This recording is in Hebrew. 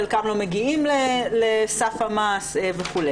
חלקם לא מגיעים לסף המס וכו',